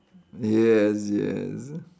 yes yes